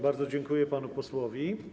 Bardzo dziękuję panu posłowi.